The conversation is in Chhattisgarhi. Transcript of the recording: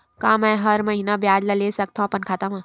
का मैं हर महीना ब्याज ला ले सकथव अपन खाता मा?